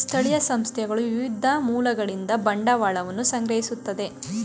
ಸ್ಥಳೀಯ ಸಂಸ್ಥೆಗಳು ವಿವಿಧ ಮೂಲಗಳಿಂದ ಬಂಡವಾಳವನ್ನು ಸಂಗ್ರಹಿಸುತ್ತದೆ